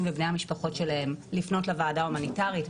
ובני המשפחות שלהם לפנות לוועדה ההומניטארית.